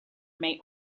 may